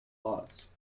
laws